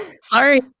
sorry